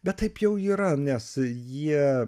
bet taip jau yra nes jie